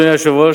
אדוני היושב-ראש,